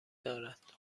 دارد